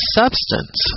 substance